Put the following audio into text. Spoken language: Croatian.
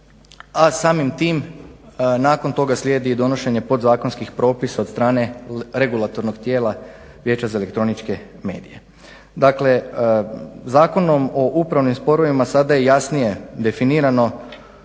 a samim tim nakon toga slijedi i donošenje podzakonskih propisa od strane regulatornog tijela Vijeća za elektroničke medije. Dakle Zakonom o upravnim sporovima sada je jasnije definirano